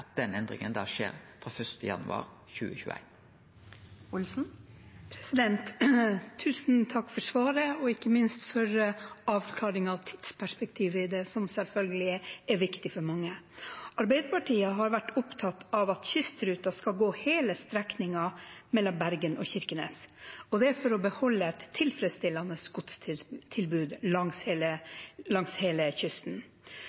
skjer frå 1. januar 2021. Tusen takk for svaret og ikke minst for avklaringen av tidsperspektivet i det som selvfølgelig er viktig for mange. Arbeiderpartiet har vært opptatt av at kystruten skal gå hele strekningen mellom Bergen og Kirkenes, og det er for å beholde et tilfredsstillende godstilbud langs